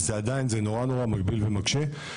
זה עדיין מאוד מגביל ומקשה.